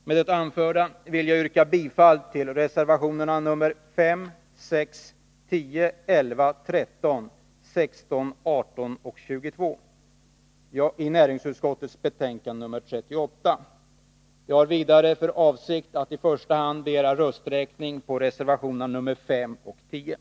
Med det anförda vill jag yrka bifall till reservationerna nr 5, 6, 10, 11, 13, 16, 18 och 22 i näringsutskottets betänkande nr 38. Jag har vidare för avsikt att i första hand begära rösträkning i fråga om Nr 144